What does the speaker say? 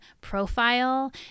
profile